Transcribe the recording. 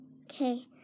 Okay